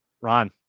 Ron